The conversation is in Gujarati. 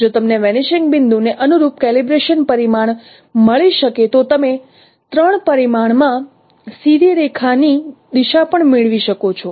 જો તમને વેનીશિંગ બિંદુ ને અનુરૂપ કેલિબ્રેશન પરિમાણ મળી શકે તો તમે ત્રણ પરિમાણમાં સીધી રેખાની દિશા પણ મેળવી શકો છો